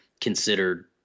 considered